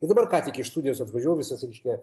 ir dabar ką tik iš studijos atvažiavau visas reiškia